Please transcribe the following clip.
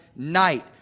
Night